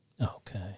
Okay